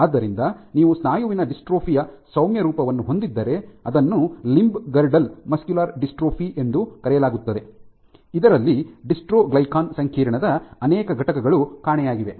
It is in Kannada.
ಆದ್ದರಿಂದ ನೀವು ಸ್ನಾಯುವಿನ ಡಿಸ್ಟ್ರೋಫಿ ಯ ಸೌಮ್ಯ ರೂಪವನ್ನು ಹೊಂದಿದ್ದರೆ ಅದನ್ನು ಲಿಂಬ್ಗಿರ್ಡ್ಲ್ ಮಸ್ಕ್ಯುಲರ್ ಡಿಸ್ಟ್ರೋಫಿ ಎಂದು ಕರೆಯಲಾಗುತ್ತದೆ ಇದರಲ್ಲಿ ಡಿಸ್ಟ್ರೊಗ್ಲಿಕನ್ ಸಂಕೀರ್ಣದ ಅನೇಕ ಘಟಕಗಳು ಕಾಣೆಯಾಗಿವೆ